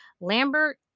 Lambert